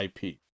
IP